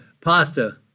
pasta